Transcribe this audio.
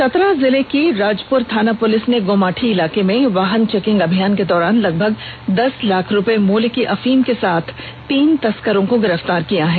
चतरा जिले की राजपूर थाना पूलिस ने गोमाठी इलाके में वाहन चेकिंग अभियान के दौरान लगभग दस लाख रुपये मूल्य को अफीम के साथ तीन तस्करों को गिरफ्तार किया है